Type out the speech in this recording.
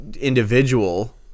individual